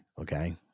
Okay